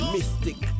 Mystic